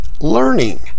learning